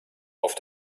auf